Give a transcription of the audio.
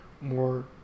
more